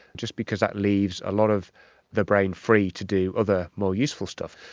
just because that leaves a lot of the brain free to do other more useful stuff.